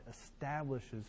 establishes